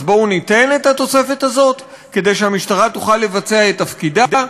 אז בואו ניתן את התוספת הזאת כדי שהמשטרה תוכל לבצע את תפקידה.